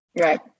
Right